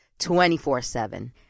24-7